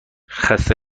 خسته